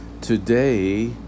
Today